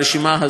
היא די ארוכה,